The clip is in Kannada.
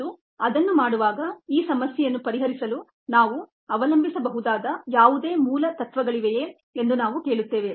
ಮತ್ತು ಅದನ್ನು ಮಾಡುವಾಗ ಈ ಸಮಸ್ಯೆಯನ್ನು ಪರಿಹರಿಸಲು ನಾವು ಅವಲಂಬಿಸಬಹುದಾದ ಯಾವುದೇ ಮೂಲ ತತ್ವಗಳಿವೆಯೇ ಎಂದು ನಾವು ಕೇಳುತ್ತೇವೆ